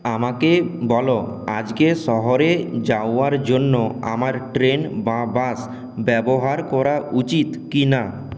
আমাকে বল আজকে শহরে যাওয়ার জন্য আমার ট্রেন বা বাস ব্যবহার করা উচিত কিনা